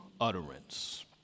utterance